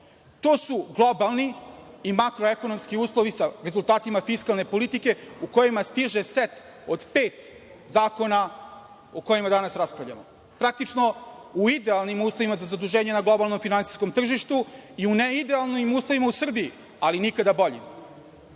To su globalni i makroekonomski uslovi sa rezultatima fiskalne politike u kojima stiže set od pet zakona o kojima danas raspravljamo. Praktično, u idealnim uslovima za zaduženje na globalnom finansijskom tržištu i u ne idealnim uslovima, ali nikada boljim. Ja